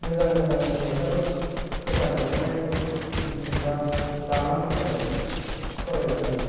मोजां मोजां लेखाफोर गोदान ओंखारनाय नुबा लानानै फैयो आङो फरायला फैयो